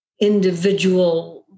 individual